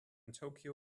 tokyo